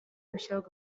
gushyiraho